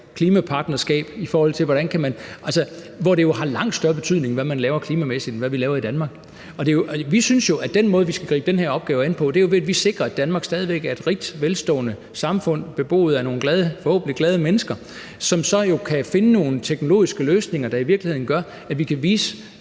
klimapartnerskab, og der har det jo langt større betydning, hvad man laver klimamæssigt, end hvad vi laver i Danmark. Vi synes jo, at den måde, vi skal gribe den her opgave an på, er ved, at vi sikrer, at Danmark stadig væk er et rigt og velstående samfund beboet af nogle forhåbentlig glade mennesker, som så kan finde nogle teknologiske løsninger, der gør, at vi i